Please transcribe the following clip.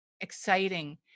exciting